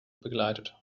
begleitet